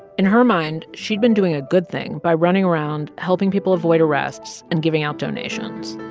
in her mind, she'd been doing a good thing by running around, helping people avoid arrests and giving out donations.